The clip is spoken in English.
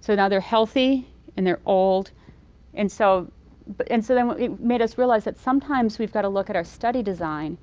so now they're healthy and they're old and so but and so then it made us realize that sometimes we've got to look at our study design